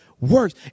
works